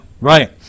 right